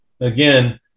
again